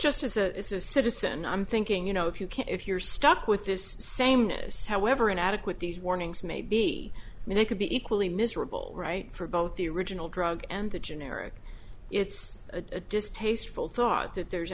just as a citizen i'm thinking you know if you can't if you're stuck with this sameness however inadequate these warnings may be and they could be equally miserable right for both the original drug and the generic it's a distasteful thought that there's